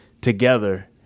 together